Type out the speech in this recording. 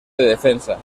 defensa